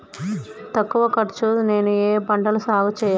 తక్కువ ఖర్చు తో నేను ఏ ఏ పంటలు సాగుచేయాలి?